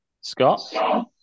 Scott